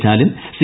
Stalin C